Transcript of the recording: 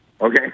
okay